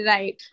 Right